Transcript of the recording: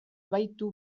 baitu